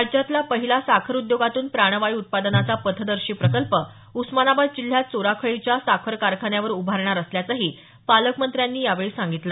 राज्यातला पहिला साखर उद्योगातून प्राणवायू उत्पादनाचा पथदर्शी प्रकल्प उस्मानाबाद जिल्ह्यात चोराखळीच्या साखर कारखान्यावर उभारणार असल्याचंही पालकमंत्र्यांनी यावेळी सांगितलं